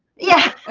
yes,